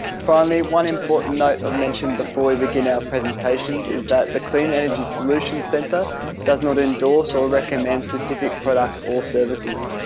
finally one important note i'll mention before we begin our presentations is that the clean energy solutions center does not endorse or recommend specific products or services.